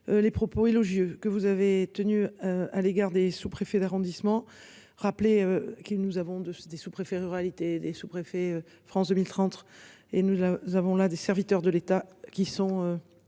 Les propos élogieux que vous avez tenus à l'égard des sous-préfets d'arrondissement rappeler qu'nous avons de des sous-préfets ruralité des sous-préfet France 2030 et nous avons là des serviteurs de l'État qui sont.